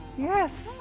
Yes